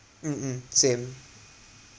mmhmm same